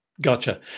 Gotcha